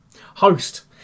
Host